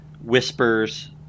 whispers